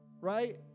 Right